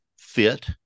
fit